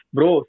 Bro